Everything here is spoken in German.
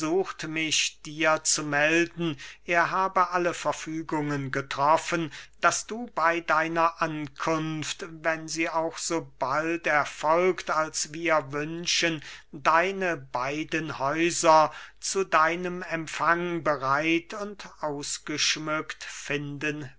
mich dir zu melden er habe alle verfügungen getroffen daß du bey deiner ankunft wenn sie auch so bald erfolgt als wir wünschen deine beiden häuser zu deinem empfang bereit und ausgeschmückt finden